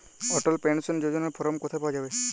অটল pension যোজনার form কোথায় পাওয়া যাবে?